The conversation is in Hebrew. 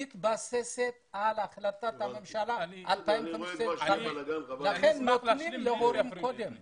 מתבססת על החלטת הממשלה 2015. לכן נותנים קודם להורים.